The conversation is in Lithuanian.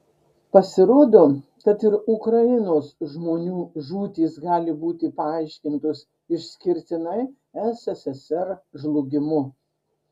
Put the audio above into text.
pasirodo kad ir ukrainos žmonių žūtys gali būti paaiškintos išskirtinai sssr žlugimu